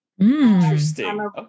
Interesting